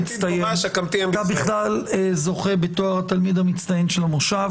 אתה בכלל זוכה בתואר התלמיד המצטיין של המושב.